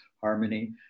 harmony